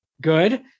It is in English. good